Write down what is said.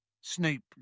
Snape